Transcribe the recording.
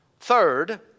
Third